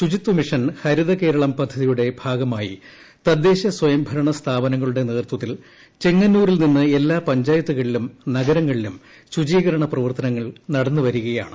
ശുചിത്വമിഷൻ ഹരിത കേരളം പദ്ധതിയുടെ ഭാഗമായി തദ്ദേശ സ്വയംഭരണ സ്ഥാപനങ്ങളുടെ നിന്ന് നേതൃത്വത്തിൽ ചെങ്ങന്നൂരിൽ എല്ലാ പഞ്ചായത്തുകളിലും ശുചീകരണ നഗരങ്ങളിലും പ്രവർത്തനങ്ങൾ നടന്ന് വരികയാണ്